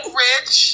rich